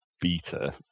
beta